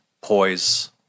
poise